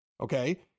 Okay